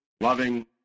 loving